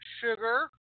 sugar